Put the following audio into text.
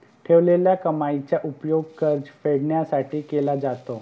ठेवलेल्या कमाईचा उपयोग कर्ज फेडण्यासाठी केला जातो